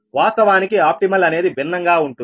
వాస్తవానికి ఆప్టిమల్ అనేది భిన్నంగా ఉంటుంది